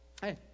hey